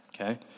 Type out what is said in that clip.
Okay